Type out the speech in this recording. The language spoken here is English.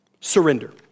Surrender